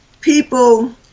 people